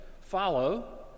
follow